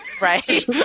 right